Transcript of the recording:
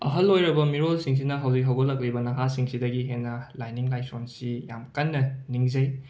ꯑꯍꯜ ꯑꯣꯏꯔꯕ ꯃꯤꯔꯣꯜꯁꯤꯡꯁꯤꯅ ꯍꯧꯖꯤꯛ ꯍꯧꯒꯠꯂꯛꯂꯤꯕ ꯅꯍꯥꯁꯤꯡꯁꯤꯗꯒꯤ ꯍꯦꯟꯅ ꯂꯥꯏꯅꯤꯡ ꯂꯥꯏꯁꯣꯟꯁꯤ ꯌꯥꯝꯅ ꯀꯟꯅ ꯅꯤꯡꯖꯩ